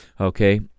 okay